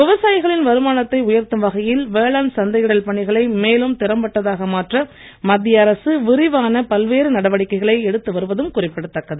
விவசாயிகளின் வருமானத்தை உயர்த்தும் வகையில் வேளாண் சந்தையிடல் பணிகளை மேலும் திறம்பட்டதாக மாற்ற மத்திய அரசு விரிவான பல்வேறு நடவடிக்கைகளை எடுத்துவருவதும் குறிப்பிடத்தக்கது